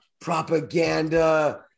propaganda